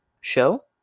show